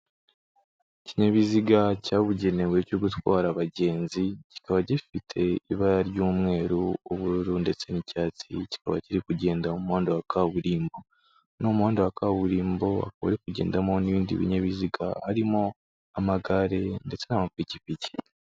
Ikinyabiziga cyabugenewe cyo gutwara abagenzi, kikaba gifite ibara ry'umweru, ubururu ndetse n'icyatsi, kikaba kiri kugenda mu muhanda wa kaburimbo. Ni umuhanda wa kaburimbo uri kugendamo n'ibindi binyabiziga harimo amagare ndetse n'amapikipiki.